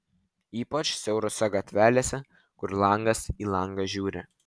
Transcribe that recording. ypač siaurose gatvelėse kur langas į langą žiūri